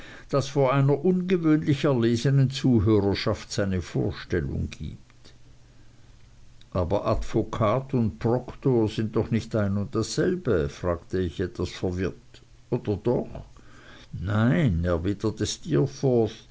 das vor einer ungewöhnlich erlesenen zuhörerschaft seine vorstellung gibt aber advokat und proktor sind doch nicht ein und dasselbe sagte ich etwas verwirrt oder doch nein erwiderte